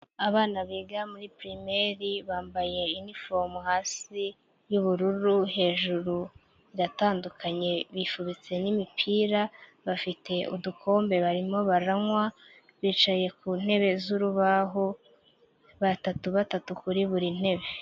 Abana biga muri primaire bambaye inifomu hasi y'ubururu, hejuru iratandukanye bifubitse n'imipira, bafite udukombe barimo baranywa, bicaye ku ntebe z'urubaho batatu batatu kuri buri ntebe.